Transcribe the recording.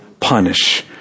punish